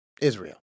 Israel